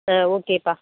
ஆ okay ப்பா